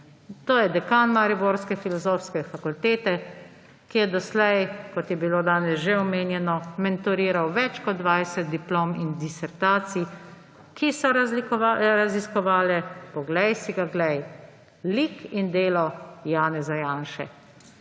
To je dekan mariborske filozofske fakultete, ki je doslej, kot je bilo danes že omenjeno, mentoriral več kot 20 diplom in disertacij, ki so raziskovale – poglej si ga glej – lik in delo Janeza Janše.